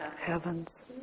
Heavens